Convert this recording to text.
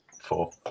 four